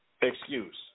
Excuse